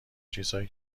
چیزهایی